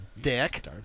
dick